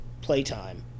playtime